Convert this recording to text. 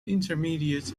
intermediate